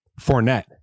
Fournette